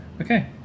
Okay